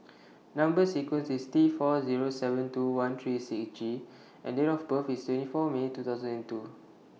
Number sequence IS T four Zero seven two one three six G and Date of birth IS twenty four May two thousand and two